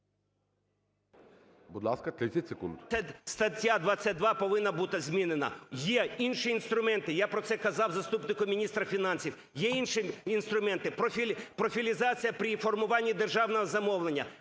Будь ласка, 30 секунд. СПІВАКОВСЬКИЙ О.В. Стаття 22 повинна бути змінена. Є інші інструменти, я про це казав заступнику міністра фінансів. Є інші інструменти: профілізація при формуванні державного замовлення,